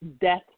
death